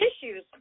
tissues